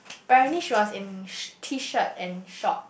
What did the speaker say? apparently she was in t-shirt and short